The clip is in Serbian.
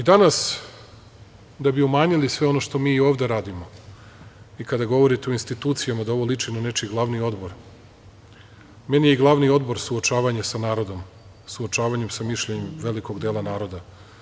Danas, da bi umanjili sve ono što mi ovde radimo, i kada govorite o institucijama, da ovo liči na nečiji glavni odbor, meni je glavni odbor suočavanje sa narodom, suočavanje sa mišljenjem velikog dela naroda.